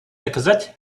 доказать